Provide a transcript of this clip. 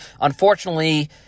Unfortunately